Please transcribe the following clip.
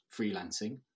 freelancing